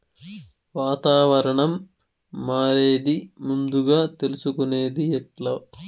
వాతావరణం మారేది ముందుగా తెలుసుకొనేది ఎట్లా?